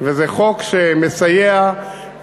תודה